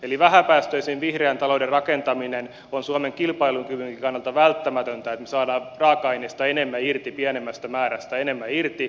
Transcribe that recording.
eli vähäpäästöisen vihreän talouden rakentaminen on suomen kilpailukyvynkin kannalta välttämätöntä että me saamme raaka aineista enemmän irti pienemmästä määrästä enemmän irti